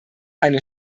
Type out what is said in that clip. eine